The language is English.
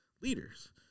leaders